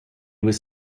was